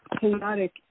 Chaotic